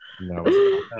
No